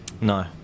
No